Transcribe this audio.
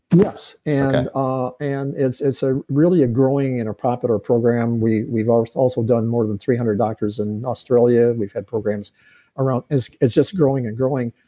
yes. and ah and it's it's ah really a growing and a popular program. we've we've ah also done more than three hundred doctors in australia. we've had programs around. it's it's just growing and growing.